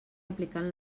aplicant